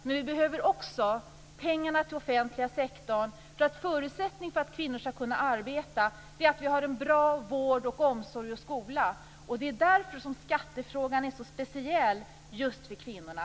Men vi behöver också pengarna till den offentliga sektorn eftersom en förutsättning för att kvinnor skall kunna arbeta är att vi har en bra vård, omsorg och skola. Det är därför som skattefrågan är så speciell just för kvinnorna.